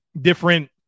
different